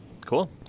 Cool